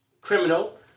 Criminal